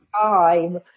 time